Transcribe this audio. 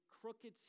crooked